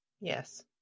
Yes